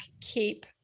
Keep